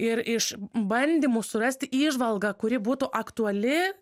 ir iš bandymų surasti įžvalgą kuri būtų aktuali